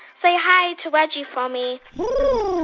say hi to reggie for me